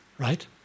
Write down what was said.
Right